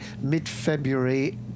mid-February